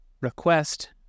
request